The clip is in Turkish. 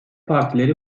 partileri